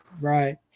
right